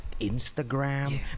Instagram